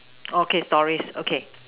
okay stories okay